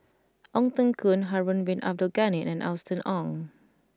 Ong Teng Koon Harun Bin Abdul Ghani and Austen Ong